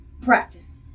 practice